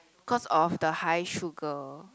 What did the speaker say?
cause of the high sugar